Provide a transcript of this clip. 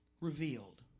revealed